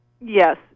Yes